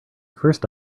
first